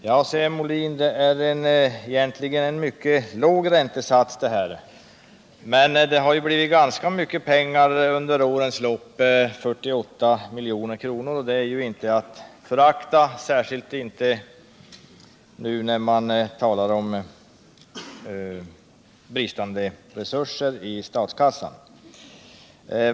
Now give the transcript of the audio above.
Herr talman! Herr Molin säger att det egentligen är fråga om en mycket låg räntesats. Men det har blivit ganska mycket pengar under årens lopp — 48 milj.kr. Det är ju inte att förakta, särskilt inte nu när man talar om bristande resurser i statskassan.